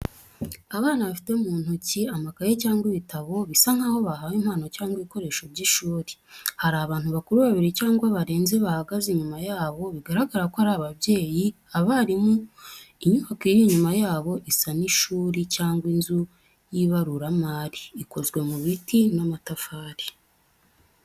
Abana bafite mu ntoki amakaye cyangwa ibitabo, bisa nkaho bahawe impano cyangwa ibikoresho by’ishuri. Hari abantu bakuru babiri cyangwa barenze bahagaze inyuma yabo, bigaragara ko ari ababyeyi, abarimu. Inyubako iri inyuma yabo isa n’ishuri cyangwa inzu y’ibaruramari, ikozwe mu biti n'amatafari.